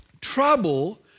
trouble